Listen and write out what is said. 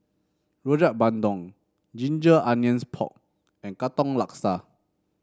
Rojak Bandung Ginger Onions Pork and Katong Laksa